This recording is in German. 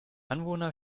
anwohner